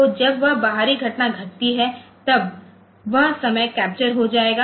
तो जब वह बाहरी घटना घटती है तब वह समय कैप्चर हो जाएगा